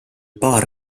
paar